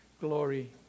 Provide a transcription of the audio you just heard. glory